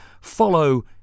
follow